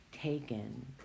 taken